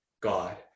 God